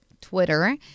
Twitter